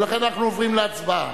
ולכן אנחנו עוברים להצבעה.